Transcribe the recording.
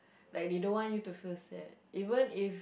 like they don't want you to feel sad even if